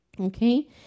Okay